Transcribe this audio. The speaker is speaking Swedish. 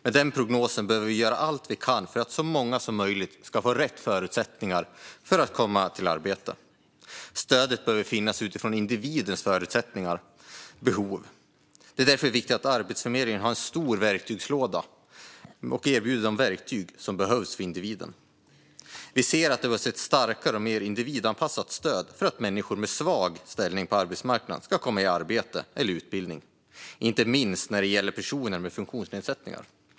Med den prognosen behöver vi göra vad vi kan för att så många som möjligt ska få rätt förutsättningar för att komma i arbete. Stöd behöver finnas utifrån individens förutsättningar och behov. Det är därför viktigt att Arbetsförmedlingen har en stor verktygslåda och erbjuder de verktyg som behövs för individen. Vi ser att det behövs ett starkare och mer individanpassat stöd för att människor med svag ställning på arbetsmarknaden ska komma i arbete eller utbildning; inte minst gäller det personer med olika funktionsnedsättningar.